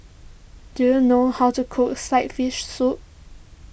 do you know how to cook Sliced Fish Soup